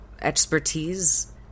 expertise